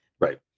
Right